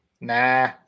Nah